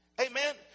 Amen